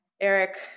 Eric